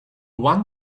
one